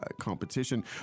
competition